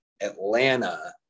Atlanta